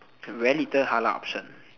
very little halal option